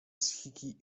psychiki